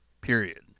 Period